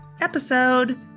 episode